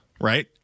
right